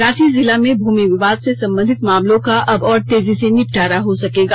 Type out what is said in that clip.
रांची जिला में भूमि वियाद से संबंधित मामलों का अब और तेजी से निपटारा हो सकेगा